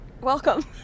welcome